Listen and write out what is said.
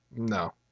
No